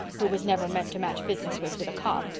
who was never meant to match business wits with a copp,